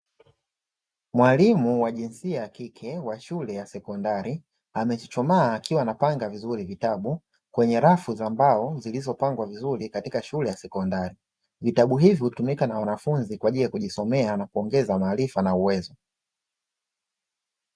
Mwalimu wa jinsia ya kike wa shule ya sekondari, amechuchumaa akiwa anapanga vizuri vitabu kwenye rafu za mbao vizuri, katika shule ya sekondari. Vitabu hivyo hutumika na wanafunzi, kwa ajili ya kujisomea na kuongeza maarifa na uwezo.